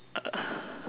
uh